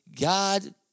God